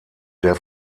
der